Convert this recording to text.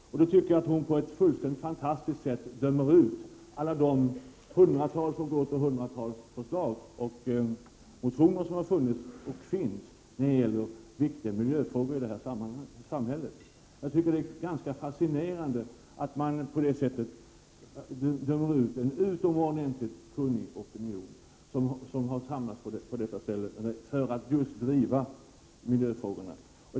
Jag anser att hon då på ett fullständigt otroligt sätt dömer ut alla de hundratals förslag och de motioner som har funnits och finns i det här sammanhanget i viktiga miljöfrågor. Det är ganska fascinerande att man på detta sätt dömer ut en utomordentligt kunnig opinion som har samlats just för att driva miljöfrågorna.